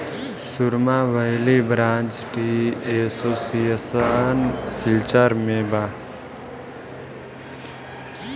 सुरमा valley branch tea association Silchar में बा